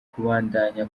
kubandanya